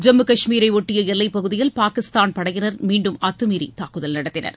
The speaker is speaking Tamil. ஜம்மு கஷ்மீரை ஒட்டிய எல்லைப்பகுதியில் பாகிஸ்தான் படையினர் மீண்டும் அத்துமீறி தாக்குதல் நடத்தினர்